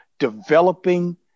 developing